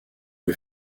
les